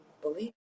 believe